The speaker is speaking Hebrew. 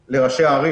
איתמר,